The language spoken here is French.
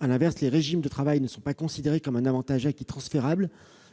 À l'inverse, les régimes de travail ne sont pas considérés comme un avantage acquis transférable.